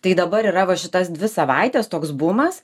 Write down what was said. tai dabar yra va šitas dvi savaites toks bumas